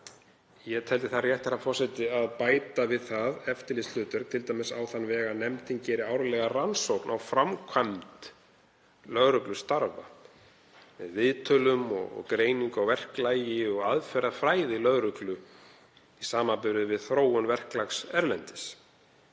ég teldi rétt, herra forseti, að bæta við það eftirlitshlutverk, t.d. á þann veg að nefndin geri árlega rannsókn á framkvæmd lögreglustarfa, með viðtölum og greiningu á verklagi og aðferðafræði lögreglu í samanburði við þróun verklags erlendis,